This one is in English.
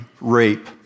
rape